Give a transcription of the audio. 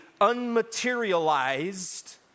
unmaterialized